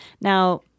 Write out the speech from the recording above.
Now